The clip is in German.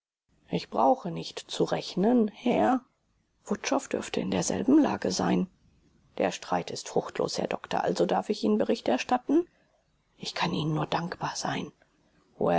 ich brauche nicht zu rechnen herr wutschow dürfte in derselben lage sein der streit ist fruchtlos herr doktor also darf ich ihnen bericht erstatten ich kann ihnen nur dankbar sein